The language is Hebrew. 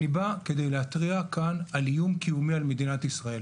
אני בא כדי להתריע כאן על איום קיומי על מדינת ישראל